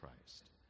Christ